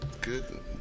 Good